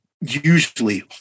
usually